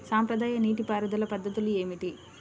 సాంప్రదాయ నీటి పారుదల పద్ధతులు ఏమిటి?